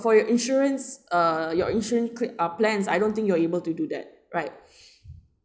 for your insurance uh your insurance cur~ uh plans I don't think you are able to do that right